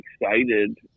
excited